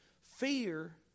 Fear